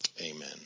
Amen